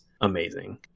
amazing